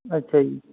ਅੱਛਾ ਜੀ